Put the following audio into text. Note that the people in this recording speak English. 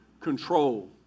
control